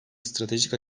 stratejik